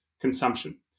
consumption